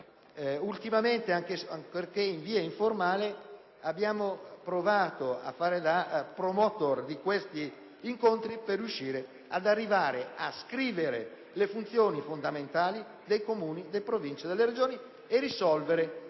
Ultimamente, ancorché in via informale, abbiamo provato a fare da promotori di questi incontri per riuscire ad arrivare a scrivere le funzioni fondamentali dei Comuni, delle Province e delle Regioni e risolvere